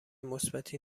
مثبتی